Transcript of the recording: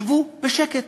שבו בשקט,